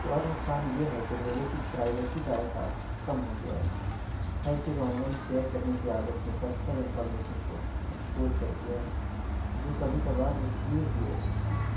اور نقصان یہ ہے کہ لوگوں کی پرائیویسی کا احساس کم ہو گیا ہے ہر چیز آن لائن شیئر کرنے کی عادت نے پرسنل انفارمیشن کو ایکسپوز کر دیا ہے جو کبھی کبھار مس یوز بھی ہو سکتی ہے